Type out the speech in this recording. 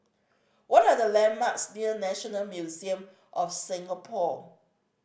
what are the landmarks near National Museum of Singapore